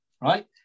right